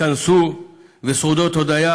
והתכנסו בסעודות הודיה.